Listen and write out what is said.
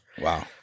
Wow